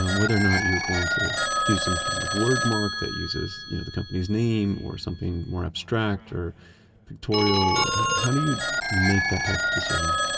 um whether or not you're going to do some kind of word mark that uses you know the company's name or something more abstract or pictorial, how do you make that type of decision?